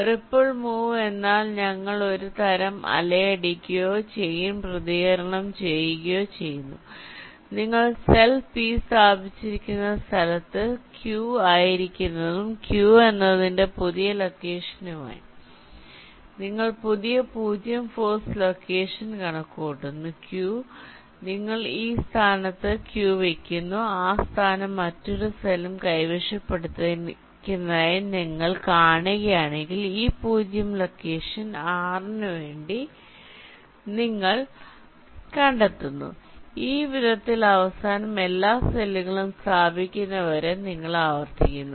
ripple move എന്നാൽ ഞങ്ങൾ ഒരു തരം അലയടിക്കുകയോ ചെയിൻ പ്രതികരണം ചെയ്യുകയോ ചെയ്യുന്നു നിങ്ങൾ സെൽ പി സ്ഥാപിച്ചിരിക്കുന്ന സ്ഥലത്ത് q ആക്കിയിരിക്കുന്നതും q എന്നതിന്റെ പുതിയ ലൊക്കേഷനുമായി നിങ്ങൾ പുതിയ 0 ഫോഴ്സ് ലൊക്കേഷൻ കണക്കുകൂട്ടുന്നു q നിങ്ങൾ ആ സ്ഥാനത്ത് q വയ്ക്കുന്നു ആ സ്ഥാനം മറ്റൊരു സെല്ലും കൈവശപ്പെടുത്തിയിരിക്കുന്നതായി നിങ്ങൾ കാണുകയാണെങ്കിൽ ഈ 0 ലൊക്കേഷൻ r ന് വേണ്ടി നിങ്ങൾ കണ്ടെത്തുന്നു ഈ വിധത്തിൽ അവസാനം എല്ലാ സെല്ലുകളും സ്ഥാപിക്കുന്നതുവരെ നിങ്ങൾ ആവർത്തിക്കുന്നു